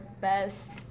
best